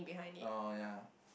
oh ya